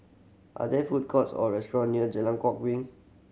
are there food courts or restaurant near Jalan Kwok Min